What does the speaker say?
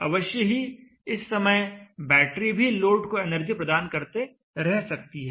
अवश्य ही इस समय बैटरी भी लोड को एनर्जी प्रदान करते रह सकती है